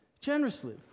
generously